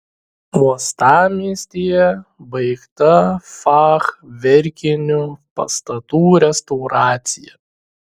uostamiestyje baigta fachverkinių pastatų restauracija